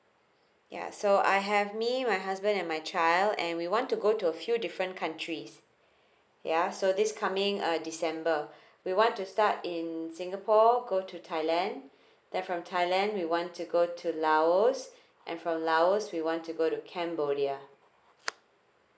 ya so I have me my husband and my child and we want to go to a few different countries ya so this coming uh december we want to start in singapore go to thailand then from thailand we want to go to laos and for laos we want to go to cambodia